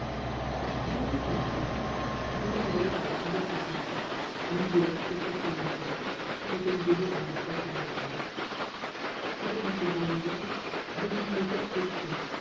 deux heures après bruno revenait avec plusieurs portefaix munis de leurs crochets sans montants retenus au dos par de fortes bretelles c'étaient de ces indigènes vêtus d'une étoffe